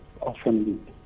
often